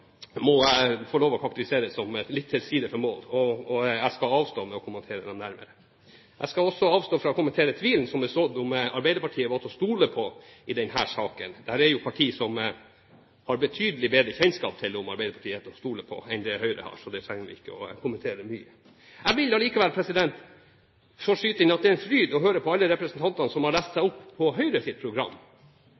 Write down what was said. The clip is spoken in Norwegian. må jeg få lov til å karakterisere som litt til siden for mål. Jeg skal avstå fra å kommentere det nærmere. Jeg skal også avstå fra å kommentere tvilen som er sådd om Arbeiderpartiet var til å stole på i denne saken. Det er jo partier som har betydelig bedre kjennskap til om Arbeiderpartiet er til å stole på enn det Høyre har, så det trenger vi ikke kommentere mye. Jeg vil likevel få skyte inn at det er en fryd å høre på alle representantene som har lest seg